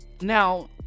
Now